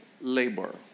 labor